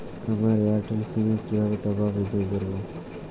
আমার এয়ারটেল সিম এ কিভাবে টপ আপ রিচার্জ করবো?